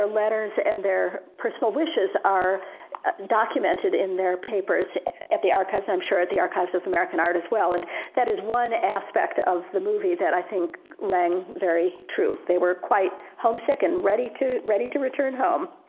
ah letters, and their personal wishes are documented in their papers at the archives and i'm sure at the archives of american art as well. and that is one aspect of the movie that i think rang very true. they were quite homesick and ready to ready to return home.